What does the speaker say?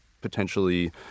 potentially